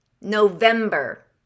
November